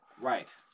right